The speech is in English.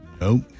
Nope